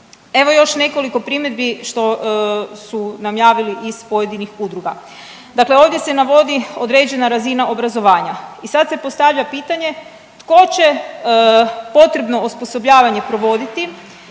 Evo još nekoliko primjedbi što su nam javili iz pojedinih udruga. Dakle, ovdje se navodi određena razina obrazovanja i sada se postavlja pitanje tko će potrebno osposobljavanje provoditi?